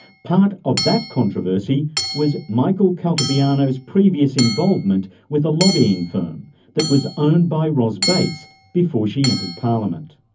part of that controversy was michael caltabiano's previous involvement with a lobbying firm that was owned by ros bates before she entered parliament.